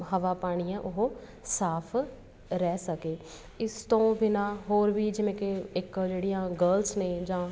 ਹਵਾ ਪਾਣੀ ਆ ਉਹ ਸਾਫ਼ ਰਹਿ ਸਕੇ ਇਸ ਤੋਂ ਬਿਨਾਂ ਹੋਰ ਵੀ ਜਿਵੇਂ ਕਿ ਇੱਕ ਜਿਹੜੀਆਂ ਗਰਲਸ ਨੇ ਜਾਂ